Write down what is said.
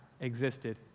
existed